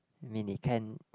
I mean it can